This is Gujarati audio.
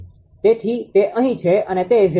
તેથી તે અહીં છે અને તે 0